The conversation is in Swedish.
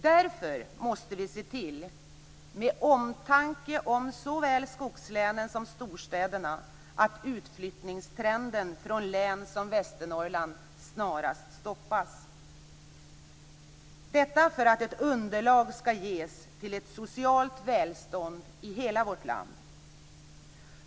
Därför måste vi, av omtanke om såväl skogslänen som storstäderna, se till att utflyttningstrenden från län som Västernorrland snarast stoppas; detta för att ett underlag skall ges för ett socialt välstånd i hela vårt land.